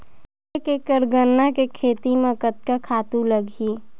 एक एकड़ गन्ना के खेती म कतका खातु लगही?